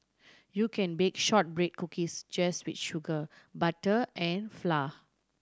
you can bake shortbread cookies just with sugar butter and flour